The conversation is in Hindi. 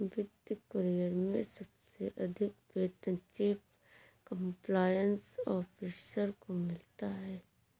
वित्त करियर में सबसे अधिक वेतन चीफ कंप्लायंस ऑफिसर को मिलता है